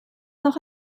noch